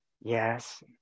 Yes